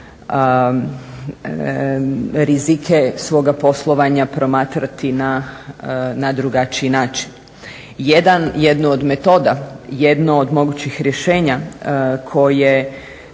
rizike svoga poslovanja promatrati na drugačiji način. Jednu od metoda, jedno od mogućih rješenja koje,